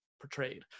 portrayed